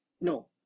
No